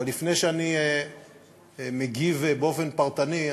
אבל לפני שאני מגיב באופן פרטני,